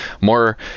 more